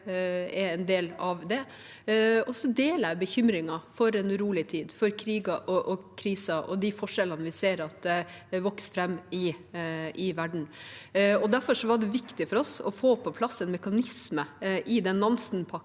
Så deler jeg bekymringen for en urolig tid, for kriger og kriser og de forskjellene vi ser vokser fram i verden. Derfor var det viktig for oss å få på plass en mekanisme i Nansen-pakken